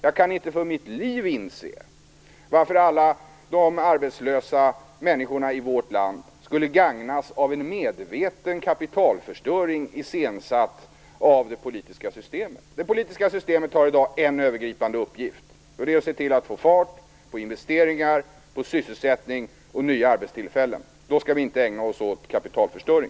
Jag kan inte för mitt liv inse varför alla arbetslösa människor i vårt land skulle gagnas av en medveten kapitalförstöring iscensatt av det politiska systemet. Det politiska systemet har i dag en övergripande uppgift, och det är att se till att få fart på investeringar och sysselsättning samt skapa nya arbetstillfällen. Då skall vi inte ägna oss åt kapitalförstöring.